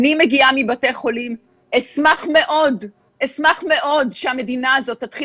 אני מגיעה מבתי חולים אשמח מאוד שהמדינה הזאת תתחיל